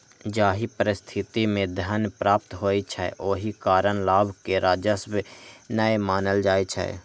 जाहि परिस्थिति मे धन प्राप्त होइ छै, ओहि कारण लाभ कें राजस्व नै मानल जाइ छै